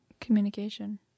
communication